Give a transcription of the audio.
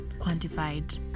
quantified